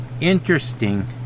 interesting